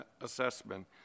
assessment